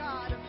God